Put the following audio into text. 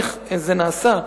איך זה נעשה,